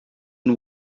and